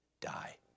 die